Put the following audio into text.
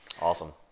awesome